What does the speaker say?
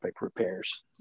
repairs